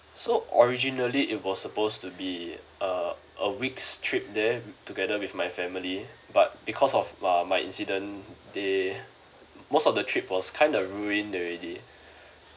so originally it was supposed to be a a weeks trip there together with my family but because of uh my incident they most of the trip was kind of ruined already